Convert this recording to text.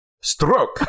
Stroke